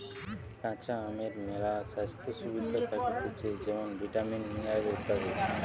কাঁচা আমের মেলা স্বাস্থ্য সুবিধা থাকতিছে যেমন ভিটামিন, মিনারেল ইত্যাদি